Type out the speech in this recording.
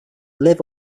live